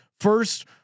first